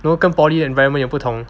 然后跟 poly 的 environment 也不同